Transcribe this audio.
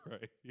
Right